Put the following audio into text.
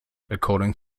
according